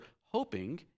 hoping